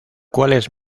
cuales